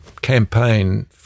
campaign